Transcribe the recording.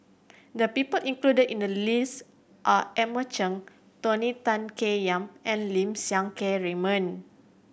the people included in the list are Edmund Chen Tony Tan Keng Yam and Lim Siang Keat Raymond